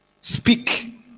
Speak